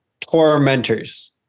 tormentors